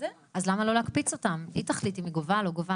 אז למה שלא תקפיצו אותם בכל אופן?